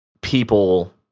people